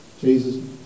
Jesus